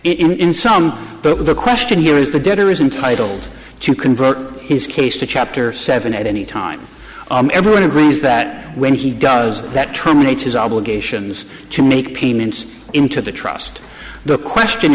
in sound but the question here is the debtor is entitled to convert his case to chapter seven at any time everyone agrees that when he does that terminate his obligations to make payments into the trust the question